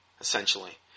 essentially